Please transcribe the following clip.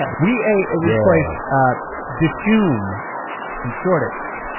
yeah we ate at this place dishoom in shoreditch